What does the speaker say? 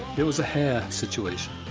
there was a hair situation.